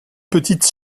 petites